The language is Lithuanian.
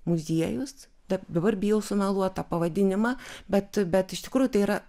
muziejus dab dabar bijau sumeluot tą pavadinimą bet bet iš tikrųjų tai yra